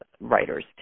writers